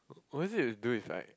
was it to do with like